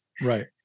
Right